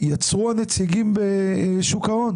יצרו הנציגים בשוק ההון.